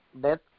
death